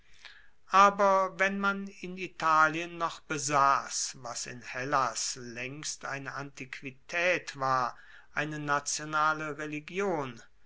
aber wenn man in italien noch besass was in hellas laengst eine antiquitaet war eine nationale religion